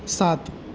सात